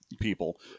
people